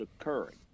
occurring